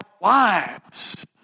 lives